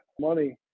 money